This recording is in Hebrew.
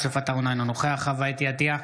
אינו נוכח יוסף עטאונה, אינו נוכח חוה אתי עטייה,